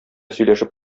сөйләшеп